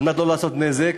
כדי לא לעשות נזק,